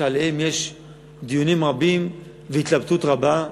שיש עליהם דיונים רבים והתלבטות רבה,